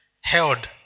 held